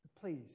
Please